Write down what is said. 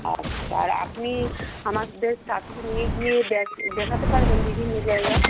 আচ্ছা আর আপনি আমাদের সাথে নিয়ে গিয়ে দেখাতে পারবেন বিভিন্ন জায়গা